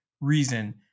reason